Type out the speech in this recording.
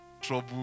trouble